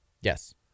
Yes